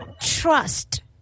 trust